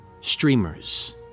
streamers